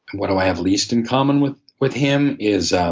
what do i have least in common with with him is,